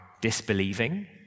disbelieving